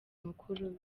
mukuru